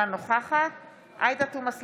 אינה נוכחת עאידה תומא סלימאן,